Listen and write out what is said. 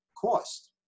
cost